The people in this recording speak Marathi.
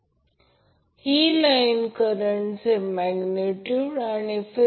हे अगदी सोपे आहे तेथे काहीही नाही फक्त तेथे ठेवले आणि पायरी पायरीने केल्यास ते मिळेल